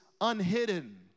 unhidden